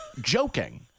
joking